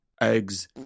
eggs